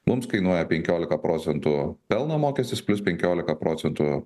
mums kainuoja penkiolika procentų pelno mokestis plius penkiolika procentų